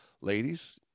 ladies